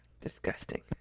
disgusting